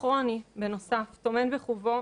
אז בוקר טוב לכולן,